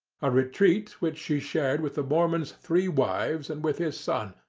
a retreat which she shared with the mormon's three wives and with his son,